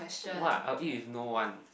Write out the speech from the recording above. what I will eat with no ones